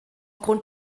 grund